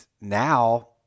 now